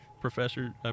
professor